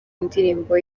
indirimbo